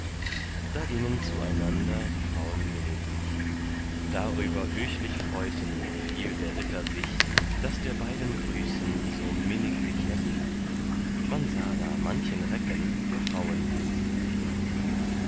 da gingen zueinander die frauen minniglich darüber höchlich freuten viel der ritter sich daß der beiden grüßen so minniglich erging man sah da manchen recken der frauendienste beging